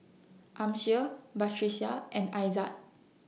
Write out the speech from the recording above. Amsyar Batrisya and Aizat